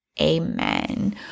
Amen